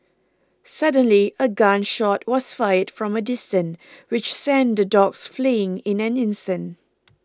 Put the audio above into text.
suddenly a gun shot was fired from a distance which sent the dogs fleeing in an instant